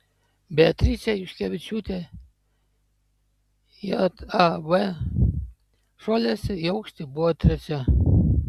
beatričė juškevičiūtė jav šuoliuose į aukštį buvo trečia